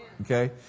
Okay